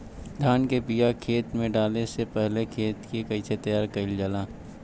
धान के बिया खेत में डाले से पहले खेत के कइसे तैयार कइल जाला?